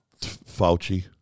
Fauci